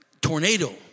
tornado